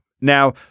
Now